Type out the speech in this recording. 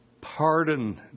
Pardon